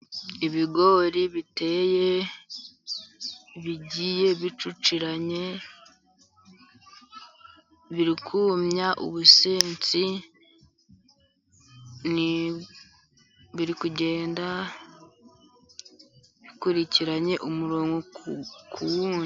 Ibigori biteye bigiye bicukiranye biri kumya ubusenzi, biri kugenda bikurikiranye umurongo ku wundi.